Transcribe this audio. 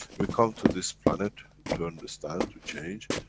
we come to this planet to understand to change,